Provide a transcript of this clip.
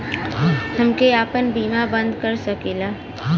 हमके आपन बीमा बन्द कर सकीला?